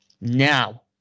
Now